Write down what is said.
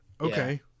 okay